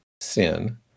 sin